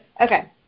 Okay